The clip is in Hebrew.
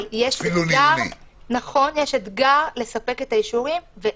אבל יש אתגר לספק את האישורים.